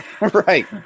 right